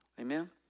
Amen